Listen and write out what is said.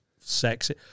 sexy